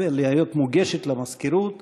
להיות מוגשת למזכירות,